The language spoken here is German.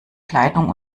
kleidung